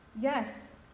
Yes